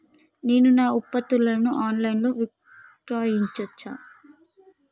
నేను నా ఉత్పత్తులను ఆన్ లైన్ లో విక్రయించచ్చా?